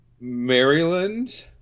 Maryland